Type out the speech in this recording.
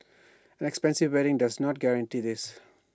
expensive wedding does not guarantee this